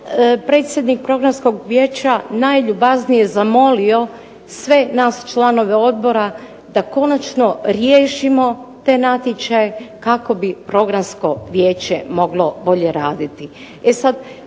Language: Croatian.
predsjednik vijeća najljubaznije zamolio sve nas članove odbora da konačno riješimo te natječaje kako bi programsko vijeće moglo bolje raditi.